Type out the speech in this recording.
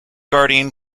guardian